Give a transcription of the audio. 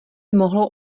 mohlo